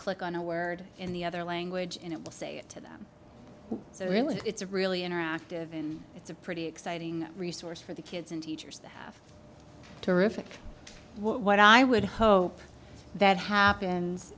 click on a word in the other language and it will say it to them so really it's really interactive and it's a pretty exciting resource for the kids and teachers that terrific what i would hope that happens